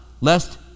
lest